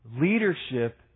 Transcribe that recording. Leadership